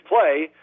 Play